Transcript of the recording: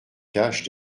cache